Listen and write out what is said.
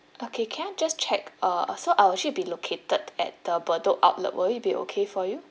okay can I just check err so I will actually be located at the bedok outlet will it be okay for you